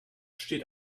steht